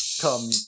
come